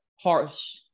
harsh